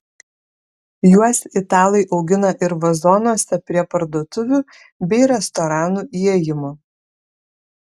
juos italai augina ir vazonuose prie parduotuvių bei restoranų įėjimų